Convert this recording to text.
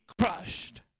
crushed